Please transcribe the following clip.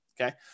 okay